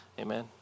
amen